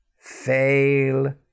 Fail